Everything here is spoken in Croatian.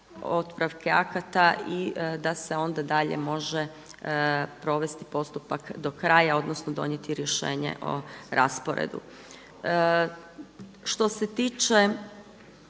otpravke akata i da se onda dalje može provesti postupak do kraja, odnosno donijeti rješenje o rasporedu. Što se tiče